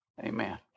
Amen